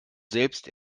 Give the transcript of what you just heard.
selbst